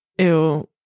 ew